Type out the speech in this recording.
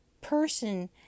person